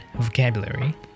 vocabulary